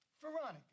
Veronica